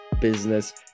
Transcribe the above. business